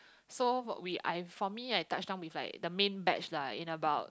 so what we I for me I touch down with like the main batch lah in about